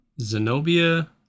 Zenobia